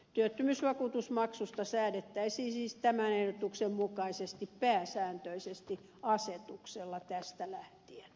työttömyysvakuutusmaksusta säädettäisiin siis tämän ehdotuksen mukaisesti pääsääntöisesti asetuksella tästä lähtien